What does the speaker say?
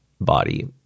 body